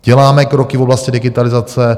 Děláme kroky v oblasti digitalizace.